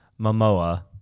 Momoa